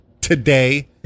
today